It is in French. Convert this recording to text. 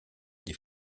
des